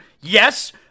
yes